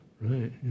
Right